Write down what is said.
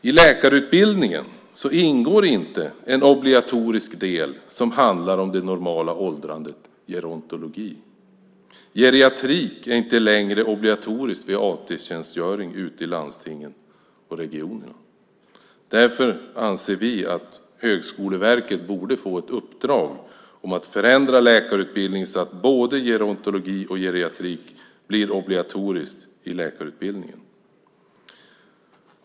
I läkarutbildningen ingår inte en obligatorisk del som handlar om det normala åldrandet, gerontologi. Geriatrik är inte längre obligatoriskt vid AT-tjänstgöring ute i landstingen och regionerna. Därför anser vi att Högskoleverket borde få i uppdrag att förändra läkarutbildningen så att både gerontologi och geriatrik blir obligatoriska i läkarutbildningen. Fru talman!